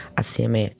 assieme